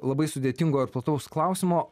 labai sudėtingo ir plataus klausimo